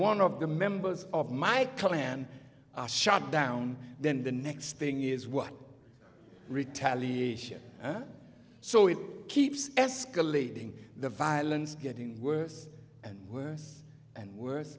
one of the members of my clan are shot down then the next thing is what retaliation so it keeps escalating the violence getting worse and worse and worse